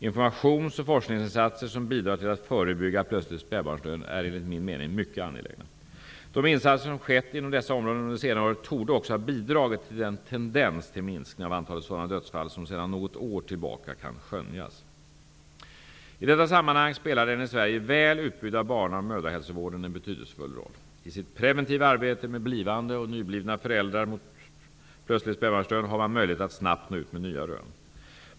Informations och forskningsinsatser som bidrar till att förebygga plötslig spädbarnsdöd är enligt min mening mycket angelägna. De insatser som skett inom dessa områden under senare år torde också ha bidragit till den tendens till minskning av antalet sådana dödsfall som sedan något år tillbaka kan skönjas. I detta sammanhang spelar den i Sverige väl utbyggda barn och mödrahälsovården en betydelsefull roll. I sitt preventiva arbete med blivande och nyblivna föräldrar mot plötslig spädbarnsdöd har man möjlighet att snabbt nå ut med nya rön.